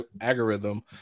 algorithm